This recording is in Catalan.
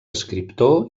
escriptor